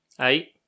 Eight